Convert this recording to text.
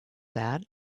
that